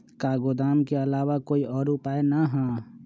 का गोदाम के आलावा कोई और उपाय न ह?